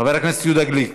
חבר הכנסת יהודה גליק,